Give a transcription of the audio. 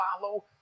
follow